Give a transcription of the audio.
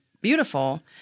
beautiful